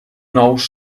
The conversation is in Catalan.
nous